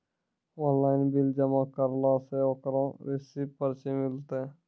Online bill जमा करला से ओकरौ रिसीव पर्ची मिलतै?